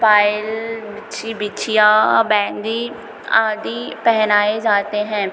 पाएल बिछुए बिंदी आदि पहनाए जाते हैं